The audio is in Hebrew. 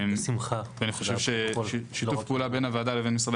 אני חושב ששיתוף פעולה בין הוועדה לבין משרדי